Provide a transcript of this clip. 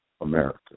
America